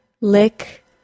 lick